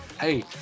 hey